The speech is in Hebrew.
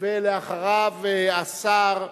ואחריו, השר,